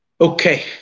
Okay